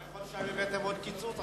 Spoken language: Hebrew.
אבל אחרי חודשיים הבאתם עוד קיצוץ,